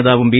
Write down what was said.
നേതാവും ബി